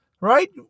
right